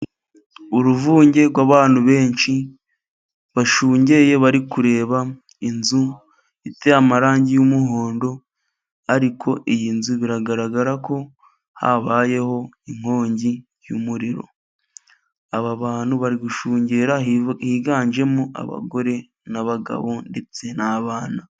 Uruvunge rw'abantu benshi bashungeye bari kureba inzu iteye amarangi y'umuhondo ariko iyi nzu biragaragara ko habayeho inkongi y'umuriro. Aba bantu bari gushungera higanjemo abagore n'abagabo ndetse n'abana.